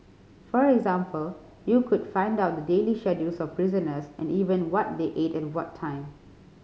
for example you could find out the daily schedules of prisoners and even what they ate at what time